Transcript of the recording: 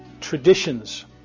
traditions